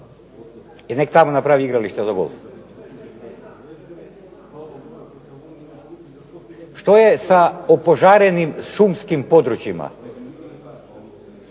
I nek tamo napravi igrališta za golf. Što je sa opožarenim šumskim područjima